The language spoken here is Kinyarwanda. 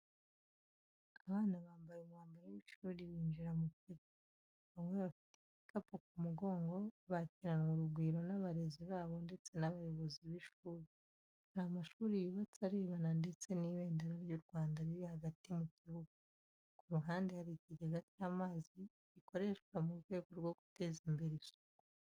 Abana bambaye umwambaro w’ishuri binjira mu kigo, bamwe bafite ibikapu ku mugongo, bakiranwa urugwiro n’abarezi babo ndetse n’abayobozi b’ishuri. Hari amashuri yubatse arebana ndetse n’ibendera ry’u Rwanda riri hagati mu kibuga. Ku ruhande, hari ikigega cy’amazi, gikoreshwa mu rwego rwo guteza imbere isuku.